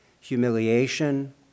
humiliation